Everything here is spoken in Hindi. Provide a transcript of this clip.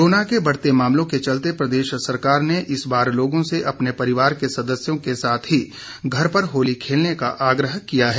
कोरोना के बढ़ते मामलों के चलते प्रदेश सरकार ने इस बार लोगों से अपने परिवार के सदस्यों के साथ ही घर पर होली खेलने का आग्रह किया है